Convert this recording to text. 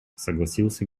согласился